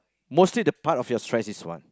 mostly the part of your stress is what